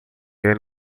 quem